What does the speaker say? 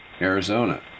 Arizona